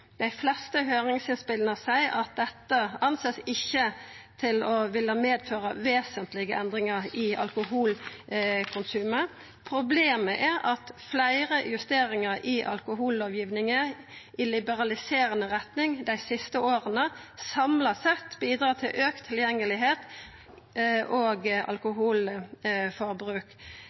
Dei fleste høyringsutspela viser at dette reknar ein ikkje med vil medføra vesentlege endringar i alkoholkonsumet. Problemet er at fleire justeringar i alkohollovgjevinga i liberaliserande retning dei siste åra, samla sett bidrar til auka tilgjengelegheit og alkoholforbruk.